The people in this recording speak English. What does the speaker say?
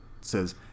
says